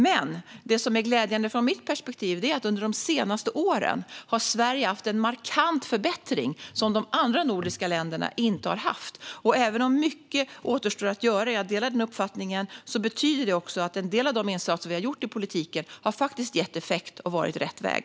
Något som dock är glädjande från mitt perspektiv är att Sverige de senaste åren har haft en markant förbättring, vilket de andra nordiska länderna inte har haft. Även om jag delar uppfattningen att mycket återstår att göra betyder detta ändå att en del av de insatser vi har gjort i politiken har gett effekt och varit rätt väg.